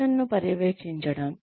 శిక్షణను పర్యవేక్షించడం